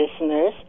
listeners